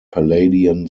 palladian